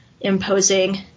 imposing